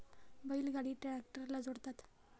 बैल गाडी ट्रॅक्टरला जोडतात